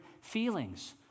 feelings